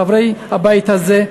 חברי הבית הזה,